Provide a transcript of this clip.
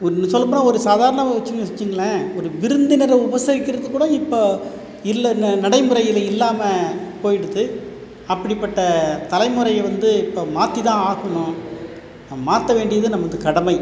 ஒன்று சொல்லப் போனால் ஒரு சாதாரண ஒரு சின்ன வச்சுங்களேன் ஒரு விருந்தினரை உபசரிக்கிறதுக்கூட இப்போ இல்லை ந நடைமுறையில் இல்லாமல் போயிடுது அப்படிப்பட்ட தலைமுறையை வந்து இப்போ மாத்திதான் ஆகணும் மாற்ற வேண்டியது நமது கடமை